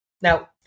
Now